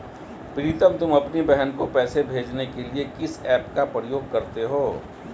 प्रीतम तुम अपनी बहन को पैसे भेजने के लिए किस ऐप का प्रयोग करते हो?